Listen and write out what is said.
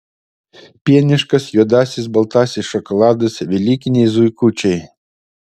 pieniškas juodasis baltasis šokoladas velykiniai zuikučiai